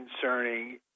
concerning